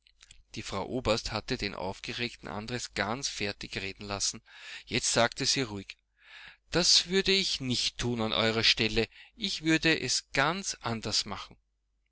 die frau oberst hatte den aufgeregten andres ganz fertig reden lassen jetzt sagte sie ruhig das würde ich nicht tun an eurer stelle ich würde es ganz anders machen